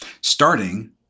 starting